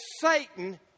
Satan